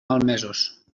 malmesos